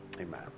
Amen